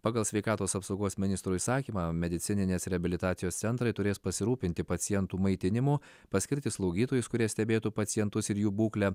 pagal sveikatos apsaugos ministro įsakymą medicininės reabilitacijos centrai turės pasirūpinti pacientų maitinimu paskirti slaugytojus kurie stebėtų pacientus ir jų būklę